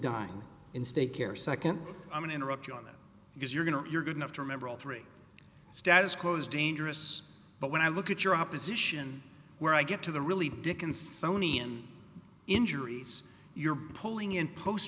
dying in state care second i mean interrupt you on that because you're going to you're good enough to remember all three status quo is dangerous but when i look at your opposition where i get to the really dickens sony and injuries you're pulling in post